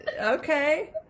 Okay